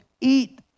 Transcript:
eat